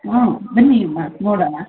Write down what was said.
ಹ್ಞೂ ಬನ್ನಿ ಅಮ್ಮ ನೋಡೋಣ